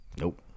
Nope